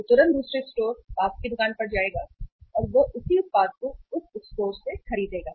वह तुरंत दूसरे स्टोर पास की दुकान पर जाएगा और वह उसी उत्पाद को उस स्टोर से खरीदेगा